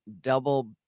double